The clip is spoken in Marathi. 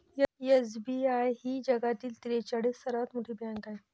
एस.बी.आय ही जगातील त्रेचाळीस सर्वात मोठी बँक आहे